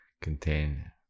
contain